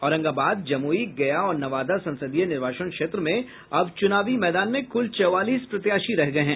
औरंगाबाद जमुई गया और नवादा संसदीय निर्वाचन क्षेत्र में अब चुनावी मैदान में कुल चौवालीस प्रत्याशी रह गये हैं